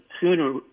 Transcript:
sooner